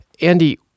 andy